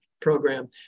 program